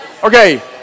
Okay